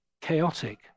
chaotic